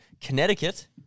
Connecticut